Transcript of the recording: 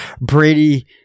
Brady